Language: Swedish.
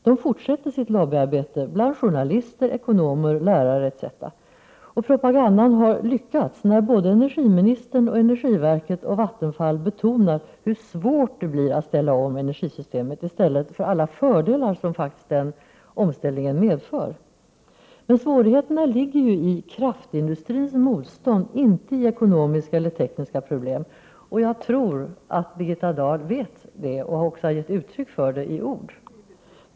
Den fortsätter sitt lobbyarbete bland journalister, ekonomer, lärare etc. Propagandan har lyckats när energiministern, energiverket och Vattenfall betonar hur svårt det blir att ställa om energisystemet i stället för alla de fördelar som omställningen faktiskt medför. Men svårigheterna ligger i kraftindustrins motstånd, inte i ekonomiska eller tekniska problem. Jag tror att Birgitta Dahl vet det och också har gett uttryck för det i ord.